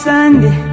Sunday